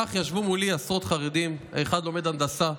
כך ישבו מולי עשרות חרדים, האחד לומד הנדסה,